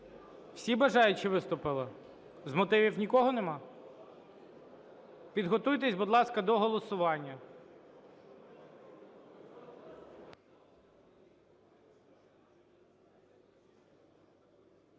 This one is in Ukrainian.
Всі бажаючі виступили? З мотивів нікого немає? Підготуйтесь, будь ласка, до голосування.